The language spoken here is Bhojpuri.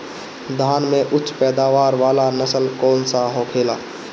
धान में उच्च पैदावार वाला नस्ल कौन सा होखेला?